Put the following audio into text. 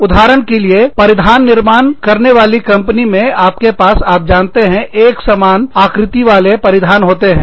उदाहरण के लिए वस्त्रपरिधान निर्माण करने वाली कंपनियों में आपके पास आप जानते हैं एक एक समान आकृति वाले वस्त्र परिधान होते हैं